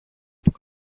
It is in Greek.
του